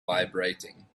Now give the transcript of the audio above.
vibrating